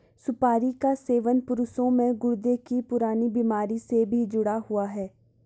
सुपारी का सेवन पुरुषों में गुर्दे की पुरानी बीमारी से भी जुड़ा हुआ है